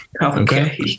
Okay